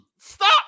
Stop